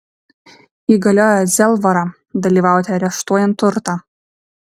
įgaliojo zelvarą dalyvauti areštuojant turtą